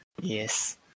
yes